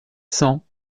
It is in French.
cents